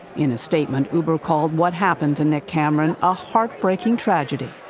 in a statement, uber called what happened to nick cameron a heartbreaking tragedy.